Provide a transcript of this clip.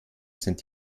sind